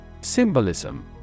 Symbolism